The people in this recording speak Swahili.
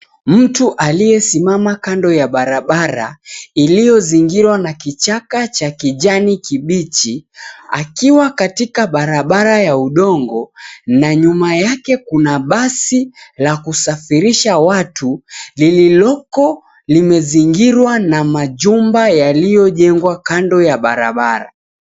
Mtu aliyesimama kando ya barabara iliyozingirwa na kichaka cha kijani kibichi, akiwa katika barabara ya udongo, na nyuma yake kuna basi la kusafirisha watu lililoko limezingirwa na majumba yaliojengwa kando ya barabara,